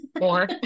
more